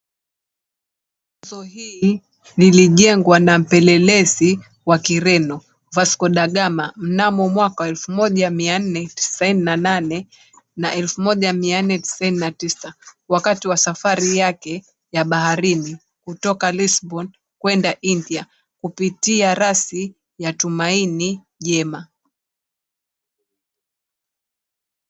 Jengo hili lilijengwa na mpelelezi wa kireno Vasco da Gama mnamo 1498 na 1499 wakati wa safari yake ya baharini kutoka Lisbon kuenda India kutumia rasi ya tumaini jema.